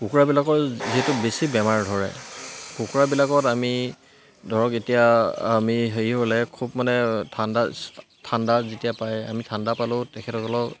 কুকুৰাবিলাকৰ যিহেতু বেছি বেমাৰ ধৰে কুকুৰাবিলাকত আমি ধৰক এতিয়া আমি হেৰি হ'লে খুব মানে ঠাণ্ডা ঠাণ্ডা যেতিয়া পায় আমি ঠাণ্ডা পালেও তেখেতসকলক